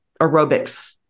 aerobics